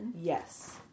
Yes